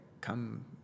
come